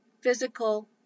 physical